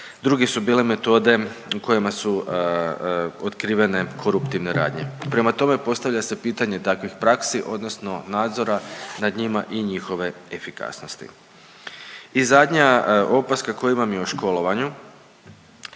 druge su bile metode kojima su otkrivene koruptivne radnje. Prema tome, postavlja se pitanje takvih praksi odnosno nadzora nad njima i njihove efikasnosti. I zadnja opaska koja vam je o školovanju,